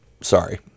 Sorry